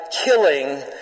killing